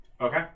Okay